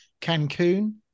Cancun